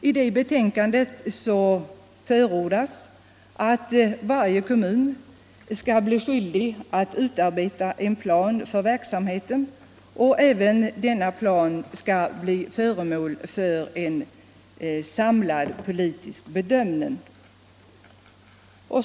I det betänkandet förordas att varje kommun skall bli skyldig att utarbeta en plan för verksamheten och att denna plan skall bli föremål för en samlad politisk bedömning.